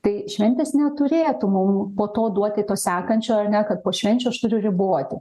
tai šventės neturėtų mum po to duoti to sekančio ar ne kad po švenčių aš turiu riboti